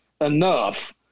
enough